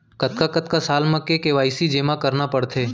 कतका कतका साल म के के.वाई.सी जेमा करना पड़थे?